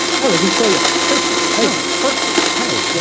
yeah, they just call you person, hey, person. hey,